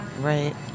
right